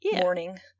Morning